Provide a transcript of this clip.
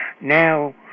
Now